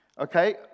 Okay